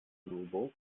nubo